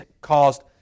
caused